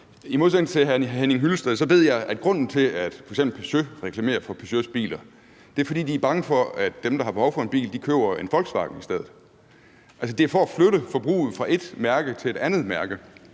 I modsætning til hr. Henning Hyllested ved jeg, at grunden til, at f.eks. Peugeot reklamerer for Peugeots biler, er, at de er bange for, at dem, der har behov for en bil, i stedet for køber en Volkswagen. Det er altså for at flytte forbruget fra et mærke til et andet mærke.